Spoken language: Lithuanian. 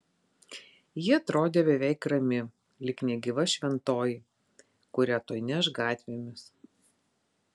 ji atrodė beveik rami lyg negyva šventoji kurią tuoj neš gatvėmis